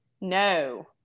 no